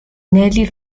nellie